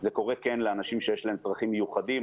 זה קורה כן לאנשים שיש להם צרכים מיוחדים,